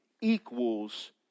equals